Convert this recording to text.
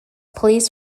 police